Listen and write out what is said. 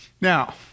Now